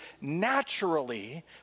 naturally